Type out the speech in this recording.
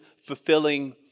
fulfilling